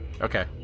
Okay